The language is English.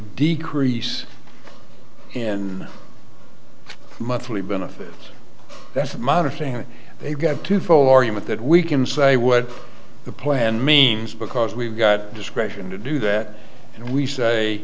decrease in monthly benefit that's a minor thing they've got to fall argument that we can say what the plan means because we've got discretion to do that and we say